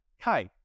Hi